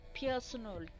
personal